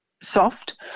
soft